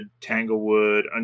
Tanglewood